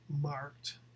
marked